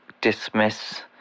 dismiss